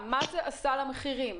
מה זה עשה למחירים.